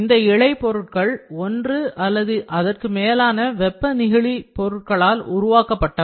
இந்த இழை பொருட்கள் ஒன்று அல்லது அதற்கு மேலான வெப்ப நெகிழி பொருட்களால் உருவாக்கப்பட்டவை